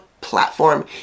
platform